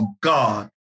God